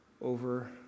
over